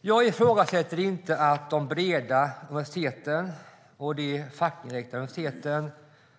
Jag ifrågasätter inte att de breda universiteten och de fackinriktade universiteten